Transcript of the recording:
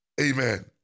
Amen